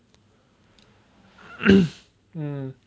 mm